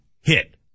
hit